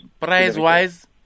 Price-wise